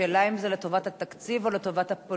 השאלה היא, האם זה לטובת התקציב או לטובת הפונים?